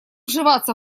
вживаться